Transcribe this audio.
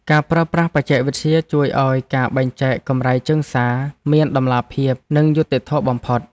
ការប្រើប្រាស់បច្ចេកវិទ្យាជួយឱ្យការបែងចែកកម្រៃជើងសារមានតម្លាភាព និងយុត្តិធម៌បំផុត។